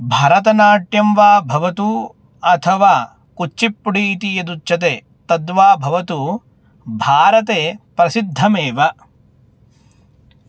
भरतनाट्यं वा भवतु अथवा कुच्चिप्पुडि इति यदुच्यते तद्वा भवतु भारते प्रसिद्धमेव